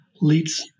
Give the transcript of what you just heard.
leads